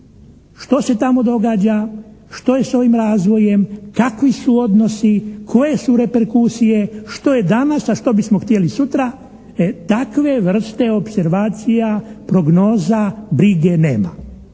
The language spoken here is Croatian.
što se tamo događa, što je s ovim razvojem, kakvi su odnosi, koje su reperkusije, što je danas, a što bismo htjeli sutra. Takve vrste opservacija, prognoza, brige nema